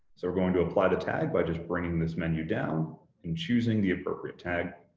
so we're going to apply to tag by just bringing this menu down and choosing the appropriate tag.